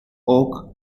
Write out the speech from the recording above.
oak